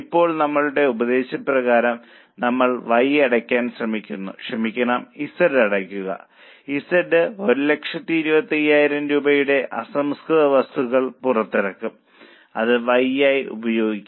ഇപ്പോൾ നമ്മളുടെ ഉപദേശപ്രകാരം നമ്മൾ Y അടയ്ക്കാൻ ശ്രമിക്കുന്നു ക്ഷമിക്കണം Z അടയ്ക്കുക Z 1 25000 രൂപയുടെ അസംസ്കൃത വസ്തുക്കൾ പുറത്തിറക്കും അത് Y യ്ക്കായി ഉപയോഗിക്കും